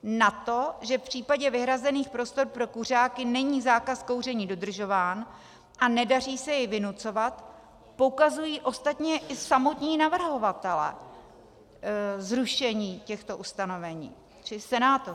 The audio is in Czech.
Na to, že v případě vyhrazených prostor pro kuřáky není zákaz kouření dodržován a nedaří se jej vynucovat, poukazují ostatně i samotní navrhovatelé zrušení těchto ustanovení, čili senátoři.